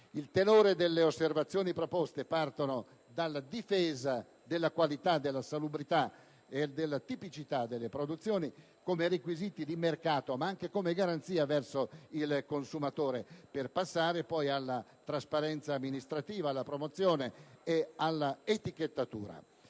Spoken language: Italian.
Il tenore delle osservazioni proposte parte dalla difesa della qualità, della salubrità e della tipicità delle produzioni come requisiti di mercato, ma anche come garanzia verso il consumatore, per passare poi alla trasparenza amministrativa, alla promozione e all'etichettatura.